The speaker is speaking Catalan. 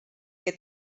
que